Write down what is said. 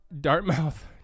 Dartmouth